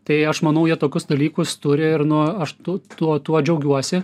tai aš manau jie tokius dalykus turi ir nu aš tų tuo tuo džiaugiuosi